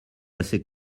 assez